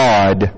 God